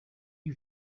you